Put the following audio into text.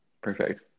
perfect